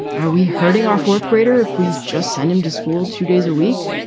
are we hurting our fourth grader if we just send him to school two days a week?